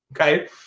okay